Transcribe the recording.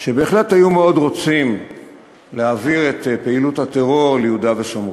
שבהחלט היו מאוד רוצים להעביר את פעילות הטרור ליהודה ושומרון.